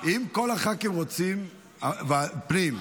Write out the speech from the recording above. אם כל הח"כים רוצים לוועדת הפנים?